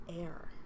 air